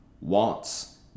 wants